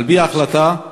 על-פי ההחלטה,